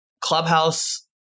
Clubhouse